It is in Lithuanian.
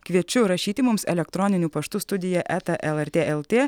kviečiu rašyti mums elektroniniu paštu studija eta lrt eltė